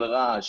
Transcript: של רעש,